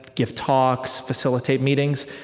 give talks, facilitate meetings,